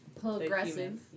progressive